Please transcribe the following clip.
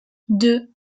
deux